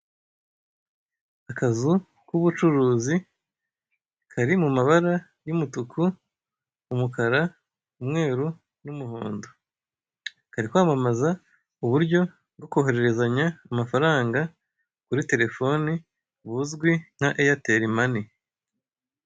Akazu k'ubucuruzi kari mu mabara y'umutuku, umukara, umweru n'umuhondo. Kari kwamamaza uburyo bwo kohererezanya amafaranga kuri telefone buzwi nka eyateri mani.